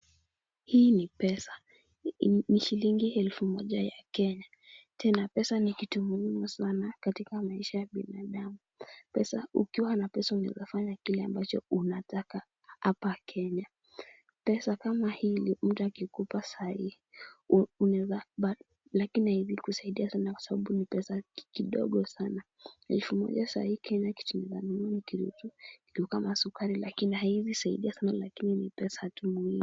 Hii ni pesa. Ni shilingi elfu moja ya Kenya. Tena pesa ni kitu muhimu sana katika maisha ya binadamu. Ukiwa na pesa unaweza fanya kile ambacho unataka hapa Kenya. Pesa kama hili mtu akikupa saai unaweza lakini haiwezi kusaidia sana kwa sababu ni pesa kidogo sana. Elfu moja saai kitu inaweza nunua ni kitu kama sukari lakini haiwezi saidia sana lakini ni pesa tu muhimu.